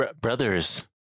brothers